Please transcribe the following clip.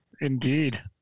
indeed